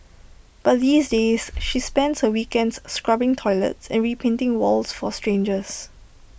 but these days she spends her weekends scrubbing toilets and repainting walls for strangers